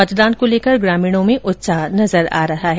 मंतदान को लेकर ग्रामीणों में खासा उत्साह नजर आ रहा है